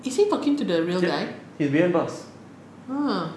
is he talking to the real guy !huh!